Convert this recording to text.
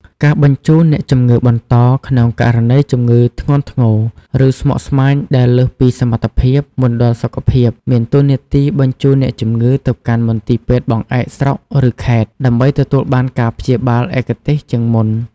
ការបញ្ជូនអ្នកជំងឺបន្ត ក្នុងករណីជំងឺធ្ងន់ធ្ងរ ឬស្មុគស្មាញដែលលើសពីសមត្ថភាព មណ្ឌលសុខភាពមានតួនាទីបញ្ជូនអ្នកជំងឺទៅកាន់មន្ទីរពេទ្យបង្អែកស្រុក ឬខេត្ត ដើម្បីទទួលបានការព្យាបាលឯកទេសជាងមុន។